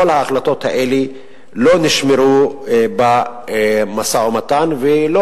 כל ההחלטות האלה לא נשמרו במשא-ומתן ולא